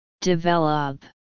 develop